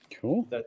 Cool